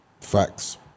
Facts